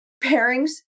pairings